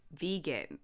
vegan